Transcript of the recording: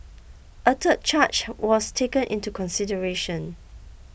a third charge was taken into consideration